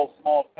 small